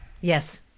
Yes